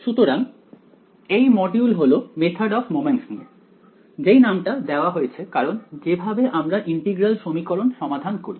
সুতরাং এই মডিউল হলো মেথড অফ মোমেন্টস নিয়ে যেই নামটা দেওয়া হয়েছে কারণ যেভাবে আমরা ইন্টিগ্রাল সমীকরণ সমাধান করি